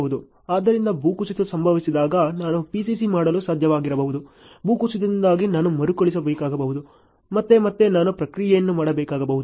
ಆದ್ದರಿಂದ ಭೂಕುಸಿತ ಸಂಭವಿಸಿದಾಗ ನಾನು PCC ಮಾಡಲು ಸಾಧ್ಯವಾಗದಿರಬಹುದು ಭೂಕುಸಿತದಿಂದಾಗಿ ನಾನು ಮರುಕಳಿಸಬೇಕಾಗಬಹುದು ಮತ್ತು ಮತ್ತೆ ನಾನು ಪ್ರಕ್ರಿಯೆಯನ್ನು ಮಾಡಬೇಕಾಗಬಹುದು